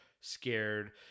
scared